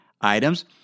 items